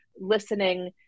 listening